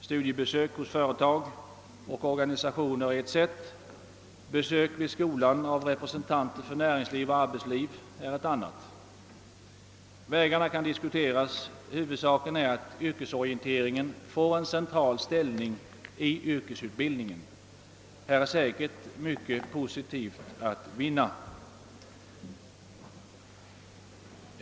Studiebesök hos företag och organisationer är ett sätt, besök i skolan av representanter för näringsliv och arbetsliv är ett annat. Vägarna kan diskuteras; huvudsaken är att yrkesorienteringen får en central ställning i yrkesutbildningen. Här är säkerligen mycket positivt att vinna.